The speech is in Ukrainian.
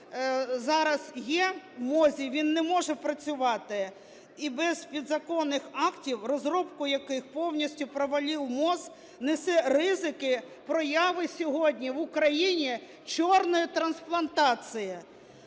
зараз є в МОЗі, він не може працювати. І без підзаконних актів, розробку яких повністю провалив МОЗ, несе ризики появи сьогодні в Україні "чорної" трансплантації.